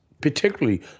particularly